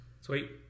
Sweet